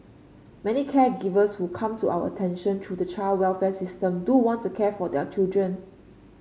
many caregivers who come to our attention through the child welfare system do want to care for their children